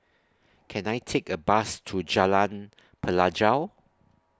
Can I Take A Bus to Jalan Pelajau